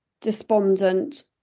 despondent